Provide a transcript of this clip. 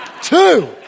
two